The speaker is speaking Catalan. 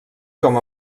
com